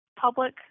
public